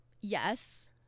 yes